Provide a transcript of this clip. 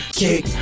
kick